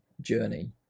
journey